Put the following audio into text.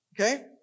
Okay